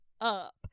up